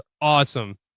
awesome